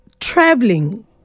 Traveling